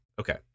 Okay